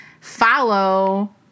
follow